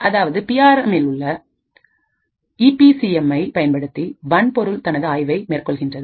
அதாவது P R எம்மில்உள்ள EP CMI பயன்படுத்தி வன்பொருள் தனது ஆய்வை மேற்கொள்கின்றது